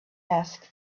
asked